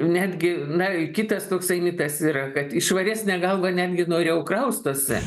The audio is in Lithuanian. netgi na kitas toksai mitas yra kad į švaresnę galvą netgi noriau kraustosi